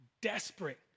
desperate